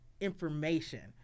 information